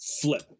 flip